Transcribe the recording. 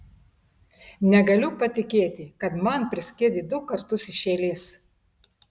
negaliu patikėti kad man priskiedei du kartus iš eilės